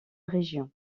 région